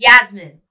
Yasmin